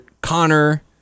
Connor